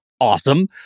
Awesome